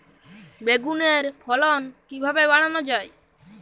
বেগুনের ফলন কিভাবে বাড়ানো যায়?